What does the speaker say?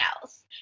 else